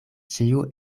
ĉiu